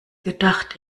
gedacht